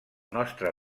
nostre